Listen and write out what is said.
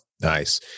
Nice